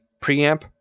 preamp